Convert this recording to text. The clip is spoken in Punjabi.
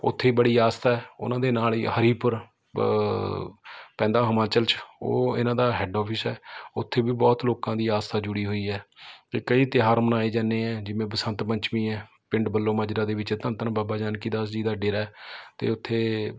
ਉੱਥੇ ਬੜੀ ਆਸਥਾ ਹੈ ਉਹਨਾਂ ਦੇ ਨਾਲ ਹੀ ਹਰੀਪੁਰ ਪੈਂਦਾ ਹਿਮਾਚਲ 'ਚ ਉਹ ਇਹਨਾਂ ਦਾ ਹੈਡ ਔਫਿਸ ਹੈ ਉੱਥੇ ਵੀ ਬਹੁਤ ਲੋਕਾਂ ਦੀ ਆਸਥਾ ਜੁੜੀ ਹੋਈ ਹੈ ਅਤੇ ਕਈ ਤਿਉਹਾਰ ਮਨਾਏ ਜਾਂਦੇ ਆ ਜਿਵੇਂ ਬਸੰਤ ਪੰਚਮੀ ਹੈ ਪਿੰਡ ਬੱਲੋ ਮਾਜਰਾ ਦੇ ਵਿੱਚ ਧੰਨ ਧੰਨ ਬਾਬਾ ਜਾਨਕੀ ਦਾਸ ਜੀ ਦਾ ਡੇਰਾ ਅਤੇ ਉੱਥੇ